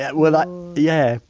yeah well ah yeah,